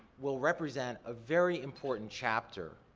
will represent a very important chapter